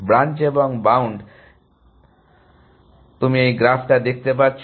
সুতরাং তুমি এই গ্রাফ দেখতে পাচ্ছ